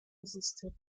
existed